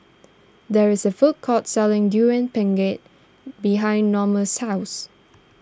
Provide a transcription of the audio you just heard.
there is a food court selling Durian Pengat behind Norma's house